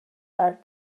are